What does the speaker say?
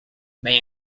may